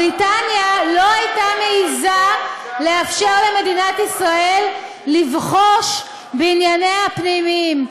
בריטניה לא הייתה מעזה לאפשר למדינת ישראל לבחוש בענייניה הפנימיים.